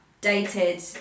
dated